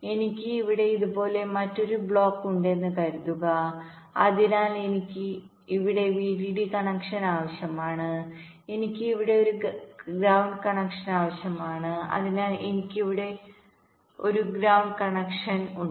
എനിക്ക് ഇവിടെ ഇതുപോലെ മറ്റൊരു ബ്ലോക്ക് ഉണ്ടെന്ന് കരുതുക അതിനാൽ എനിക്ക് ഇവിടെ VDD കണക്ഷൻ ആവശ്യമാണ് എനിക്ക് ഇവിടെ ഒരു ഗ്രൌണ്ട് കണക്ഷൻ ആവശ്യമാണ് അതിനാൽ എനിക്ക് ഇവിടെ ഒരു ഗ്രൌണ്ട് കണക്ഷൻ ആവശ്യമാണ്